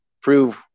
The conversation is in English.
prove